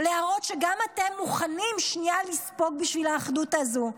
להראות שגם אתם מוכנים שנייה לספוג בשביל האחדות הזו.